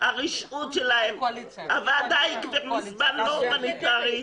הרשעות שלהם, הועדה מזמן לא הומניטרית.